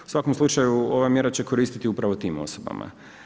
U svakom slučaju ova mjera će koristiti upravo tim osobama.